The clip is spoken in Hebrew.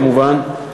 כמובן,